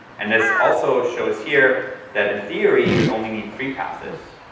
and this also shows here that in theory, you'd only need three passes.